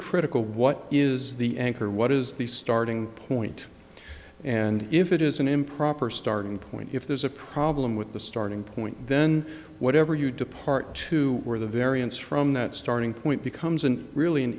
critical what is the anchor what is the starting point and if it is an improper starting point if there's a problem with the starting point then whatever you depart to where the variance from that starting point becomes an really an